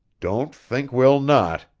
don't think we'll not!